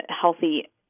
healthy